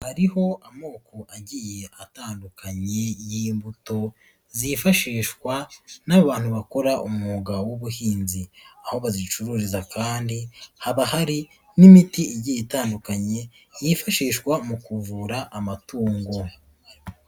Hariho amoko agiye atandukanye y'imbuto zifashishwa n'abantu bakora umwuga w'ubuhinzi, aho bazicururiza kandi haba hari n'imiti igiye itandukanye yifashishwa mu kuvura amatungo.